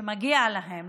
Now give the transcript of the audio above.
שמגיע להם